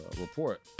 report